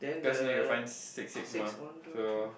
cause need to find six six mah so